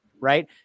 right